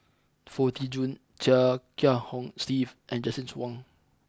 Foo Tee Jun Chia Kiah Hong Steve and Justin Zhuang